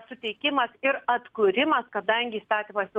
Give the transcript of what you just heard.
suteikimas ir atkūrimas kadangi įstatymas